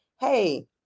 Hey